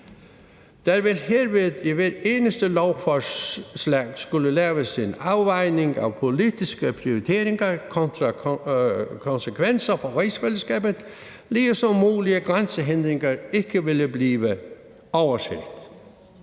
Der ville herved i hvert eneste lovforslag skulle laves en afvejning af politiske prioriteringer kontra konsekvenser for rigsfællesskabet, ligesom mulige grænsehindringer ikke ville blive overset.